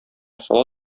сала